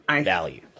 value